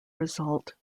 result